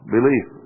Belief